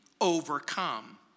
overcome